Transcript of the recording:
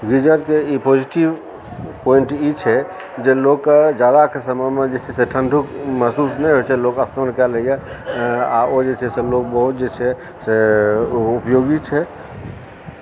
गीजरके ई positive point ई छै जे लोगके जाड़ाके समयमे जे छै से ठण्डो महसूस नहि होइ छै लोग स्नान कऽ लैए आओर ओ जे छै से बहुत लोग सब जे छै से उपयोगी छै